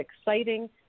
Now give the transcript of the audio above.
exciting